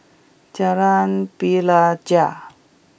Jalan Pelajau